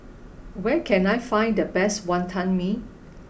where can I find the best Wantan Mee